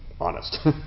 honest